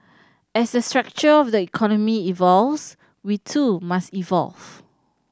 as the structure of the economy evolves we too must evolve